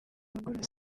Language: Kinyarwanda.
abagura